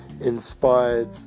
inspired